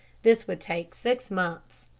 this would take six months.